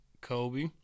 Kobe